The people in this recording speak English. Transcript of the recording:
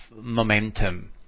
momentum